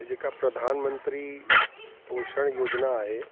इहा जेका प्रधान मंत्री पोषण योजिना आहे